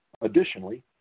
Additionally